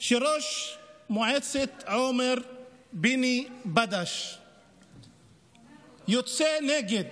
שראש מועצת עומר פיני בדש יוצא נגד